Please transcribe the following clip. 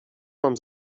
mam